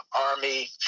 Army